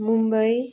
Mumbai